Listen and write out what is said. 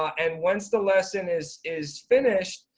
um and once the lesson is is finished,